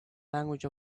language